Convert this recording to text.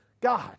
God